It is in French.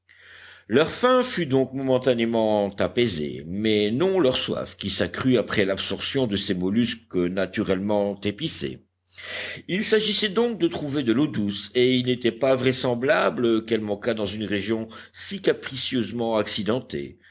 leur faim fut donc momentanément apaisée mais non leur soif qui s'accrut après l'absorption de ces mollusques naturellement épicés il s'agissait donc de trouver de l'eau douce et il n'était pas vraisemblable qu'elle manquât dans une région si capricieusement accidentée